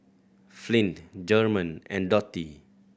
Flint German and Dottie